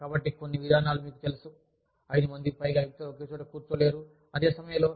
కాబట్టి కొన్ని విధానాలు మీకు తెలుసు 5 మందికి పైగా వ్యక్తులు ఒకే చోట కూర్చోలేరు అదే సమయంలో